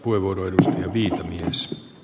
arvoisa puhemies